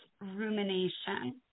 rumination